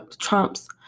Trump's